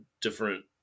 different